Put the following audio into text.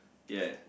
ya